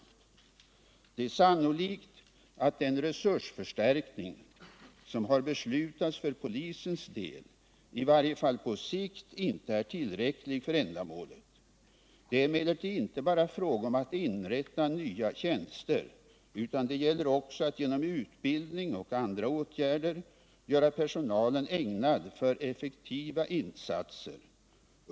Det är sannolikt att den resursförstärkning som har beslutats för polisens del i varje fall på sikt inte är tillräcklig för ändamålet. Det är emellertid inte bara fråga om att inrätta nya tjänster utan det gäller också att genom utbildning och andra åtgärder göra personalen ägnad för effektiva insatser.